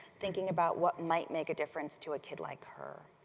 thinking about what might make a difference to a kid like her.